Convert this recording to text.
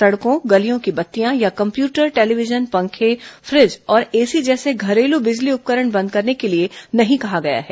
सड़कों गलियों की बत्तियां या कम्प्यूटर टेलीविजन पंखे फ्रिज और एसी जैसे घरेलू बिजली उपकरण बंद करने के लिए नहीं कहा गया है